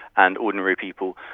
and ordinary people.